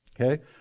okay